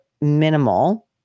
minimal